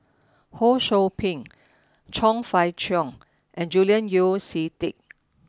Ho Sou Ping Chong Fah Cheong and Julian Yeo See Teck